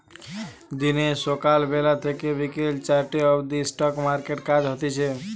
দিনে সকাল বেলা থেকে বিকেল চারটে অবদি স্টক মার্কেটে কাজ হতিছে